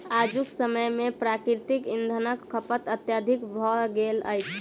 आजुक समय मे प्राकृतिक इंधनक खपत अत्यधिक भ गेल अछि